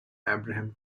abraham